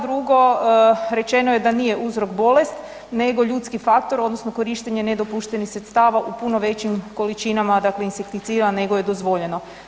Drugo, rečeno je da nije uzrok bolest nego ljudski faktor odnosno korištenje nedopuštenih sredstava u puno većim količinama, dakle insekticida nego je dozvoljeno.